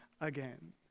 again